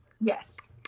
Yes